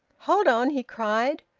hold on! he cried,